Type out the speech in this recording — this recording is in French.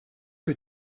que